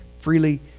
freely